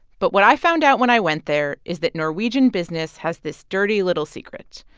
but what i found out when i went there is that norwegian business has this dirty little secret.